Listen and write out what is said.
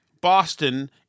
boston